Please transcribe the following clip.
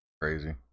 Crazy